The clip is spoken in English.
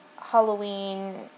Halloween